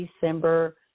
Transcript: December